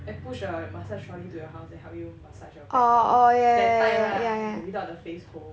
then push a massage trolley to your house they help you massage your back that kind that type lah okay without the facepole